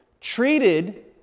treated